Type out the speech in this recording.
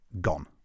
Gone